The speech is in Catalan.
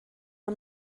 amb